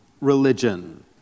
religion